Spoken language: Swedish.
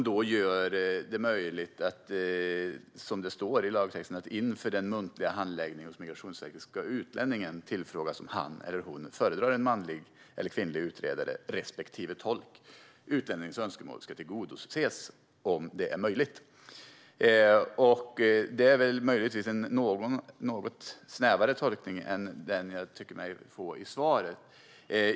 Det står i lagtexten att utlänningen, inför den muntliga handläggningen hos Migrationsverket, ska tillfrågas om han eller hon föredrar en manlig eller kvinnlig utredare respektive tolk. Utlänningens önskemål ska tillgodoses om det är möjligt. Detta är möjligtvis en något snävare tolkning än den jag tycker mig få i svaret.